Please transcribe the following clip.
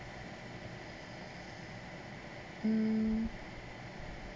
um